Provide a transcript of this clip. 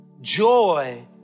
Joy